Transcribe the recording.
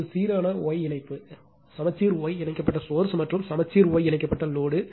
இப்போது சீரான ஒய் இணைப்பு சமச்சீர் Y இணைக்கப்பட்ட சோர்ஸ் மற்றும் சமச்சீர் Y இணைக்கப்பட்ட லோடு